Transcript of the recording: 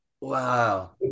Wow